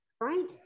Right